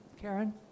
Karen